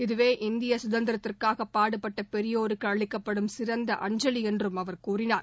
இதவே இந்திய குதந்திரத்திற்காக பாடுபட்ட பெரியோருக்கு அளிக்கப்படும் சிறந்த அஞ்சலி என்றும் அவர் கூறினார்